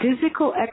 Physical